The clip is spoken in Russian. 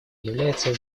является